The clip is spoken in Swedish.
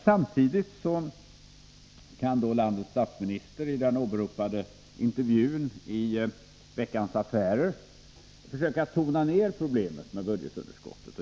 Samtidigt vill emellertid landets statsminister i den åberopade intervjun i Veckans Affärer försöka tona ned problemet med budgetunderskottet.